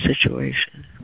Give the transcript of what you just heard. situation